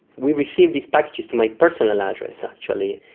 we received these packages to my personal address actually.